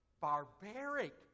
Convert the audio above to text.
Barbaric